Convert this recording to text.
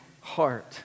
heart